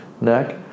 neck